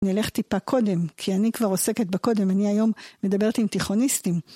נלך טיפה קודם, כי אני כבר עוסקת בקודם, אני היום מדברת עם תיכוניסטים.